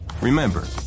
Remember